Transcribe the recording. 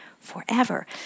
forever